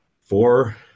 four